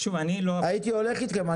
הייתי הולך איתכם.